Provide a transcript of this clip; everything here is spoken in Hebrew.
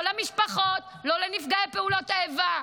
לא למשפחות, לא לנפגעי פעולות האיבה,